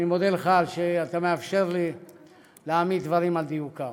אני מודה לך על שאתה מאפשר לי להעמיד דברים על דיוקם.